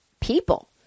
people